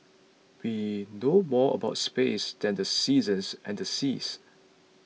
we know more about space than the seasons and the seas